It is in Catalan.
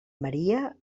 maria